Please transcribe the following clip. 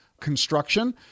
construction